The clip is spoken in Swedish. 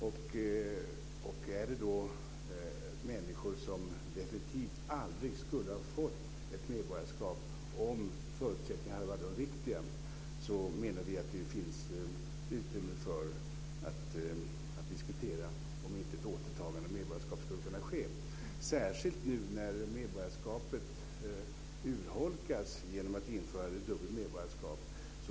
Är det då människor som definitivt aldrig skulle ha fått ett medborgarskap om förutsättningarna hade varit de riktiga menar vi att det finns utrymme för att diskutera om inte ett återtagande av medborgarskap skulle kunna ske. Det gäller särskilt nu när medborgarskapet urholkas genom att dubbelt medborgarskap införs.